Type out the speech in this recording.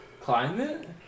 Climate